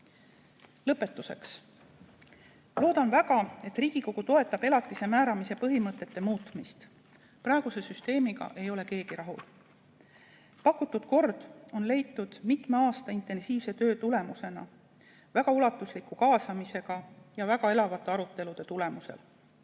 Lõpetuseks. Ma loodan väga, et Riigikogu toetab elatise määramise põhimõtete muutmist. Praeguse süsteemiga ei ole keegi rahul. Pakutud kord on leitud mitme aasta intensiivse töö tulemusena, väga ulatusliku kaasamise ja väga elavate arutelude teel.